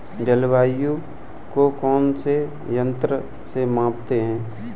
जलवायु को कौन से यंत्र से मापते हैं?